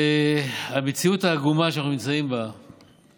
המציאות העגומה שאנחנו נמצאים בה היא